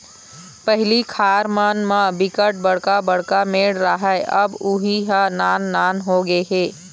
पहिली खार मन म बिकट बड़का बड़का मेड़ राहय अब उहीं ह नान नान होगे हे